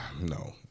No